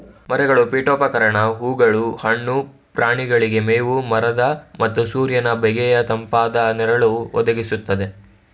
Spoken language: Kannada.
ಮರಗಳು ಪೀಠೋಪಕರಣ ಹೂಗಳು ಹಣ್ಣು ಪ್ರಾಣಿಗಳಿಗೆ ಮೇವು ಮರದ ಮತ್ತು ಸೂರ್ಯನ ಬೇಗೆಯ ತಂಪಾದ ನೆರಳು ಒದಗಿಸ್ತದೆ